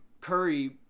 Curry